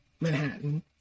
Manhattan